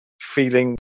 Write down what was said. feeling